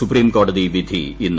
സുപ്രീംകോടതി വിധി ഇന്ന്